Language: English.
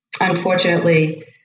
Unfortunately